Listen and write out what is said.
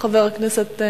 ועדת העלייה והקליטה.